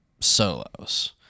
solos